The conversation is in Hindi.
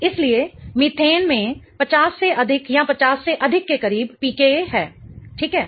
इसलिए मीथेन में 50 से अधिक या 50 से अधिक के करीब pKa है ठीक है